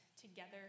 together